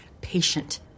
patient